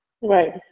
right